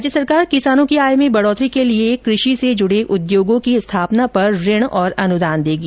राज्य सरकार किसानों की आय में बढोतरी के लिए कृषि से जुड़े उद्योगों की स्थापना पर ऋण और अनुदान देगी